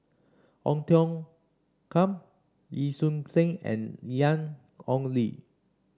Ong Tiong Khiam Wee Choon Seng and Ian Ong Li